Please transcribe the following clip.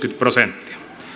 prosenttia